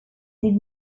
did